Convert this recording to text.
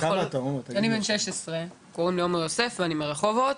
שמי עומר יוסף, אני בן 16, וגר ברחובות.